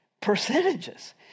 percentages